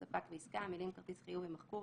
"ספק" ו"עסקה" המילים ""כרטיס חיוב"" יימחקו,